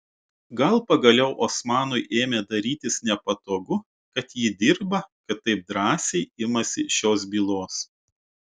gal pagaliau osmanui ėmė darytis nepatogu kad ji dirba kad taip drąsiai imasi šios bylos